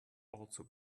also